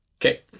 Okay